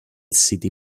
city